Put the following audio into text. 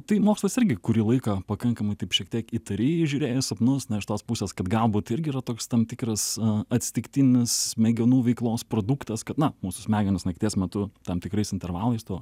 tai mokslas irgi kurį laiką pakankamai taip šiek tiek įtariai žiūrėjo į sapnus na iš tos pusės kad galbūt irgi yra toks tam tikras atsitiktinis smegenų veiklos produktas kad na mūsų smegenys nakties metu tam tikrais intervalais to